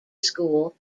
school